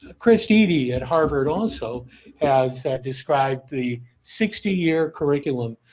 ah chris dd at harvard also has described the sixty year curriculum.